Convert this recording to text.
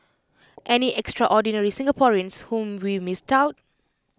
any extraordinary Singaporeans whom we missed out